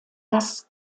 das